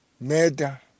murder